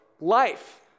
life